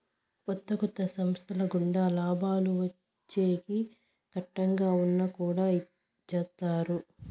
కొత్త కొత్త సంస్థల గుండా లాభాలు వచ్చేకి కట్టంగా ఉన్నా కుడా చేత్తారు